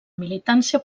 militància